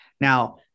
Now